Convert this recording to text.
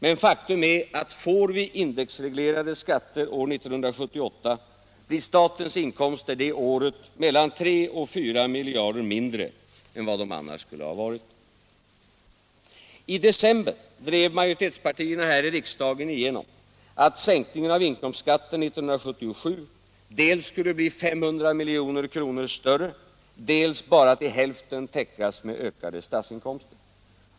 Men faktum är att får vi indexreglerade skatter år 1978, blir statens inkomster det året mellan 3 och 4 miljarder mindre än vad de annars skulle ha varit. I december drev majoritets partierna här i riksdagen igenom att sänkningen av inkomstskatten 1977 skulle dels bli 500 milj.kr. större, dels bara till hälften täckas med ökade statsinkomster.